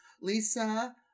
Lisa